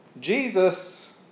Jesus